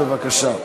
בבקשה.